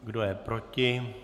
Kdo je proti?